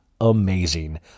amazing